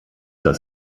das